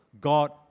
God